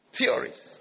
theories